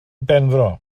benfro